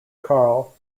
karl